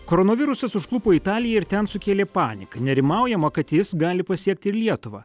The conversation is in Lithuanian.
koronavirusas užklupo italiją ir ten sukėlė paniką nerimaujama kad jis gali pasiekti ir lietuvą